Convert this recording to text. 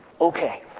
Okay